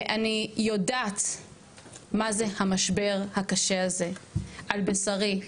ואני יודעת מה זה המשבר הקשה הזה על בשרי,